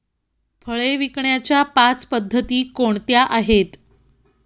फळे विकण्याच्या पाच पद्धती कोणत्या आहेत?